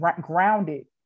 grounded